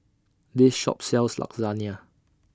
This Shop sells Lasagna